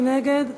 מי נגד?